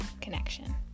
Connection